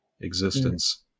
existence